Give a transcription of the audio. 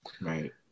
Right